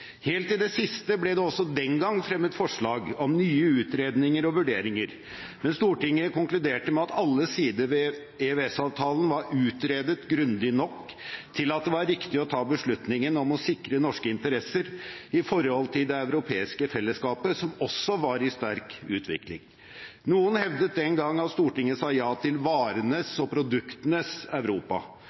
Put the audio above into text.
Helt til det siste ble det også den gang fremmet forslag om nye utredninger og vurderinger, men Stortinget konkluderte med at alle sider ved EØS-avtalen var utredet grundig nok til at det var riktig å ta beslutningen om å sikre norske interesser knyttet til det europeiske fellesskapet, som også var i sterk utvikling. Noen hevdet den gang at Stortinget sa ja til «varenes og tjenestenes» Europa